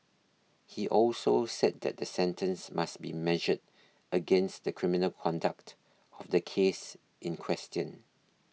he also said that the sentence must be measured against the criminal conduct of the case in question